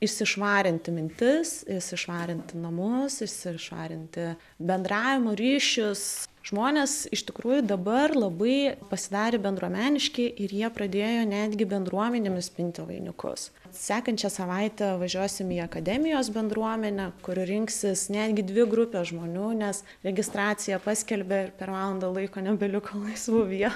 išsišvarinti mintis išsišvarinti namus išsišvarinti bendravimo ryšius žmonės iš tikrųjų dabar labai pasidarė bendruomeniški ir jie pradėjo netgi bendruomenėmis pinti vainikus sekančią savaitę važiuosim į akademijos bendruomenę kur rinksis netgi dvi grupės žmonių nes registraciją paskelbė per valandą laiko nebeliko laisvų vietų